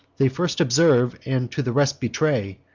they first observe, and to the rest betray,